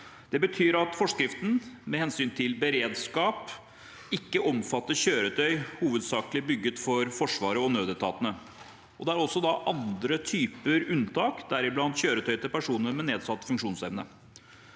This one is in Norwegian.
Det betyr at forskriften, med hensyn til beredskap, ikke omfatter kjøretøy hovedsakelig bygget for Forsvaret og nødetatene. Det er også andre typer unntak, deriblant kjøretøy til personer med nedsatt funksjonsevne.